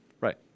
Right